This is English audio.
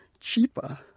cheaper